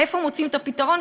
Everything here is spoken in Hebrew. איפה מוצאים את הפתרון?